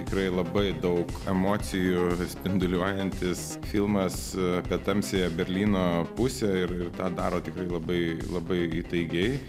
tikrai labai daug emocijų spinduliuojantis filmas apie tamsiąją berlyno pusę ir ir tą daro tikrai labai labai įtaigiai